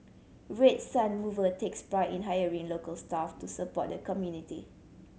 Red Sun Mover takes pride in hiring local staff to support the community